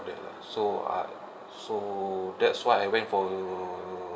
the so ah so that's why I went for